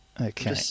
okay